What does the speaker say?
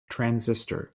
transistor